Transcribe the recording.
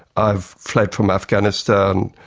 i've fled from afghanistan.